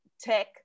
tech